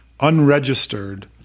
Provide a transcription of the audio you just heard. unregistered